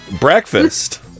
Breakfast